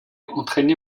entraîné